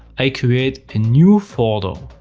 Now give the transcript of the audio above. i create a new folder,